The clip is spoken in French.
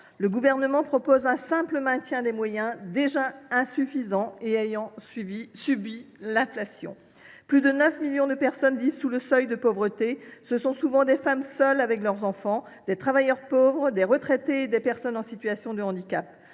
le Gouvernement propose simplement le maintien des moyens qui, en plus d’être insuffisants, ont subi l’inflation. Plus de 9 millions de personnes vivent sous le seuil de pauvreté. Ce sont souvent des femmes seules avec leurs enfants, des travailleurs pauvres, des retraités et des personnes en situation de handicap.